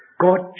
God